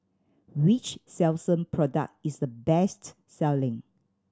which Selsun product is the best selling